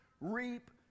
reap